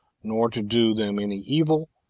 nor to do them any evil,